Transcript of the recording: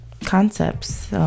concepts